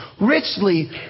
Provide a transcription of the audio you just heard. richly